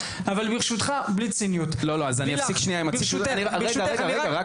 ברשותך, לילך, אני רק